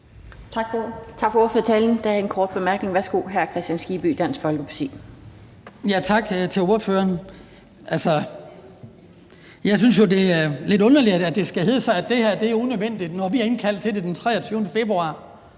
Tak til ordføreren. Jeg synes jo, at det er lidt underligt, at det skal hedde sig, at det her er unødvendigt, når vi har indkaldt til det den 23. februar.